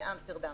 אמסטרדם.